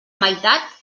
meitat